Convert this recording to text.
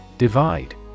Divide